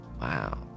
Wow